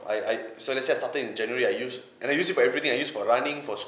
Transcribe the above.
I I so let's say I started in january I use and I use it for everything I used for running for